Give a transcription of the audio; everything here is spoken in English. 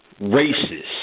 racist